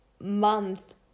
month